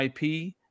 IP